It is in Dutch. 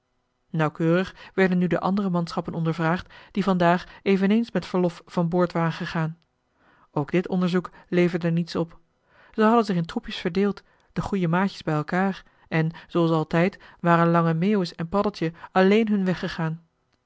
nauwkeurig werden nu de andere manschappen ondervraagd die vandaag eveneens met verlof van boord waren gegaan ook dit onderzoek leverde niets op ze hadden zich in troepjes verdeeld de goeie maatjes bij elkaar en zooals altijd waren lange meeuwis met paddeltje alleen hun weg